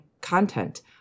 content